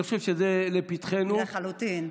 אני חושב שזה לפתחנו, לחלוטין.